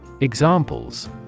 Examples